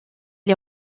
est